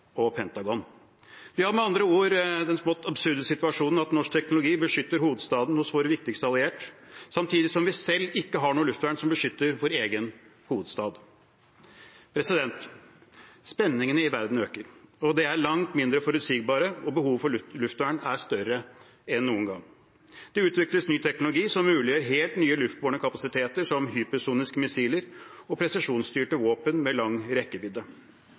og Pentagon. Vi har med andre ord den smått absurde situasjonen at norsk teknologi beskytter hovedstaden til vår viktigste allierte samtidig som vi selv ikke har noe luftvern som beskytter vår egen hovedstad. Spenningen i verden øker, det er langt mindre forutsigbarhet, og behovet for luftvern er større enn noen gang. Det utvikles ny teknologi som muliggjør helt nye luftbårne kapasiteter, som hypersoniske missiler og presisjonsstyrte våpen med lang rekkevidde.